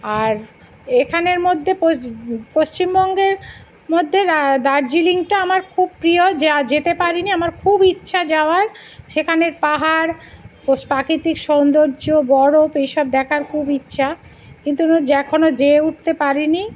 আর এখানের মধ্যে পশ্চিমবঙ্গের মধ্যে দার্জিলিংটা আমার খুব প্রিয় যা যেতে পারিনি আমার খুব ইচ্ছা যাওয়ার সেখানের পাহাড় ও প্রাকৃতিক সৌন্দর্য বরফ এই সব দেখার খুব ইচ্ছা কিন্তু না এখনো যেয়ে উঠতে পারিনি